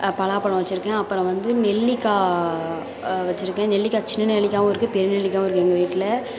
பலாப்பழம் வச்சுருக்கேன் அப்பறம் வந்து நெல்லிக்காய் வச்சுருக்கேன் நெல்லிக்காய் சின்ன நெல்லிக்காயும் இருக்குது பெரிய நெல்லிக்காயும் இருக்குது எங்கள் வீட்டில்